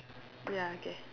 ya okay